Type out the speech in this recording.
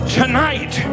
tonight